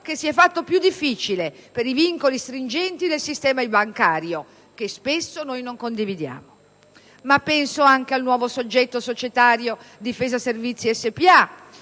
che si è fatto più difficile per i vincoli stringenti del sistema bancario, che spesso non condividiamo. Penso però anche al nuovo soggetto societario Difesa servizi Spa,